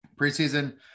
preseason